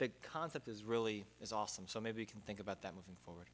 the concept is really is awesome so maybe you can think about that moving forward